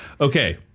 Okay